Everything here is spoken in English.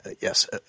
yes